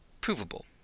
provable